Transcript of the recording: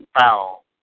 foul